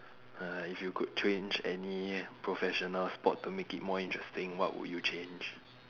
uh if you could change any professional sport to make it more interesting what would you change